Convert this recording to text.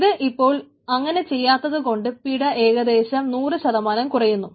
ഇത് ഇപ്പോൾ അങ്ങനെ ചെയ്യാത്തതു കൊണ്ട് പിഴ ഏകദേശം 10 കുറയുന്നു